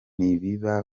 nibiba